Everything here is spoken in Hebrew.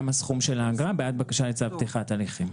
גם הסכום של האגרה בעד בקשה לצו פתיחת הליכים.